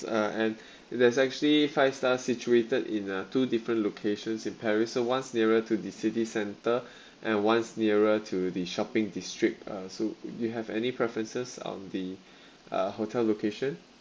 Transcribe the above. uh and there's actually five star situated in uh two different locations in paris so one's nearer to the city center and one's nearer to the shopping district uh so do you have any preferences on the uh hotel location